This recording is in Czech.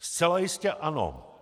Zcela jistě ano.